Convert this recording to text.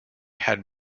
had